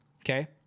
Okay